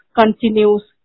continues